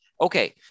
Okay